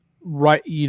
right